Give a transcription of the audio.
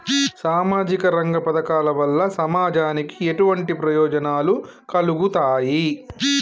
సామాజిక రంగ పథకాల వల్ల సమాజానికి ఎటువంటి ప్రయోజనాలు కలుగుతాయి?